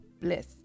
bliss